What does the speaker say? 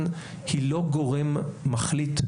היא לא גורם מחליט.